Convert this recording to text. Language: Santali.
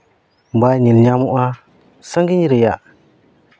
ᱵᱟᱭ ᱧᱮᱞ ᱧᱟᱢᱚᱜᱼᱟ ᱥᱟᱺᱜᱤᱧ ᱨᱮᱭᱟᱜ